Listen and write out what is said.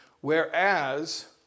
Whereas